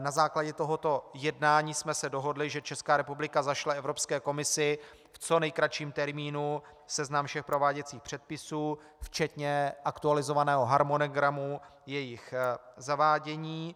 Na základě tohoto jednání jsme se dohodli, že Česká republika zašle Evropské komisi v co nejkratším termínu seznam všech prováděcích předpisů včetně aktualizovaného harmonogramu jejich zavádění.